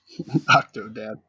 Octodad